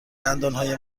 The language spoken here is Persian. دندانهای